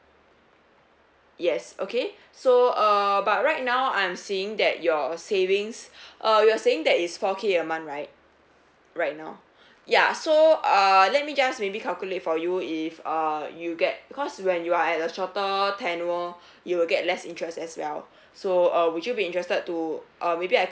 yes okay so err but right now I'm seeing that your savings uh you're saying that is four K a month right right now ya so uh let me just maybe calculate for you if uh you get because when you are at a shorter tenure you will get less interest as well so uh would you be interested to uh maybe I